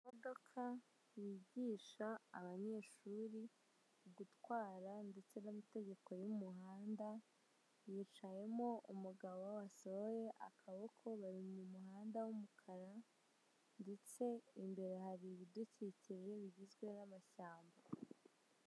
Imodokamo yigisha abanyeshuri gutwara ndetse n'amategeko y'umuhanda, yicayemo umugabo wasohoye akaboko, bari mu muhanda w'umukara, ndetse imbere hari ibidukikije bigizwe n'amashyamba.